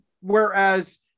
whereas